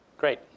Great